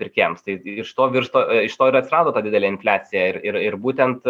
pirkėjams tai iš to virsta iš to ir atsirado ta didelė infliacija ir ir būtent